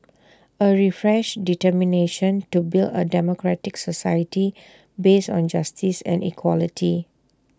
A refreshed determination to build A democratic society based on justice and equality